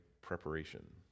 preparation